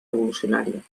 revolucionària